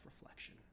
reflection